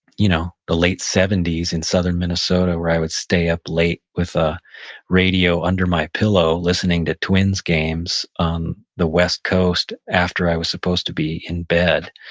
you know the late seventy s in southern minnesota where i would stay up late with a radio under my pillow listening to twins games on the west coast after i was supposed to be in bed.